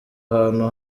ahantu